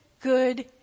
good